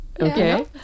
Okay